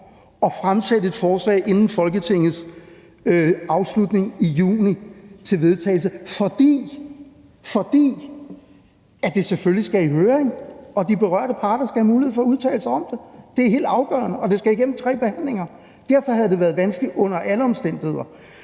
at fremsætte et forslag inden Folketingets afslutning i juni, som skulle vedtages, fordi det selvfølgelig skal i høring og de berørte parter skal have mulighed til at udtale sig om det. Det er helt afgørende. Og det skal igennem tre behandlinger. Derfor havde det været vanskeligt under alle omstændigheder.